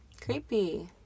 Creepy